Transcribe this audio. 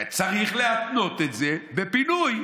צריך להתנות את זה בפינוי.